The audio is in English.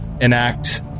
enact